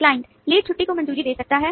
client lead छुट्टी को मंजूरी दे सकता है